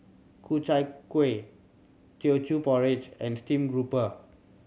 Ku Chai Kueh Teochew Porridge and stream grouper